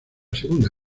segunda